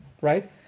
right